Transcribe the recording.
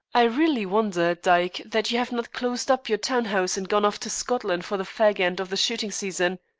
i really wonder, dyke, that you have not closed up your town house and gone off to scotland for the fag-end of the shooting season.